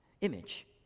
image